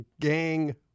gang